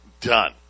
done